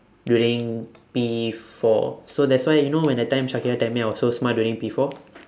during P four so that's why you know when the time shakira tell me I was so smart during P four